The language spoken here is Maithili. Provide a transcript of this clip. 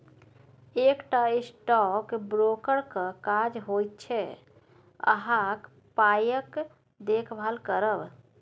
एकटा स्टॉक ब्रोकरक काज होइत छै अहाँक पायक देखभाल करब